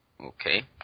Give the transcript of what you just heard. Okay